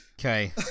okay